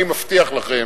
אני מבטיח לכם,